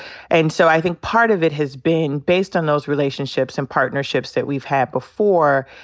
and so i think part of it has been based on those relationships and partnerships that we've had before.